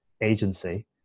agency